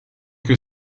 que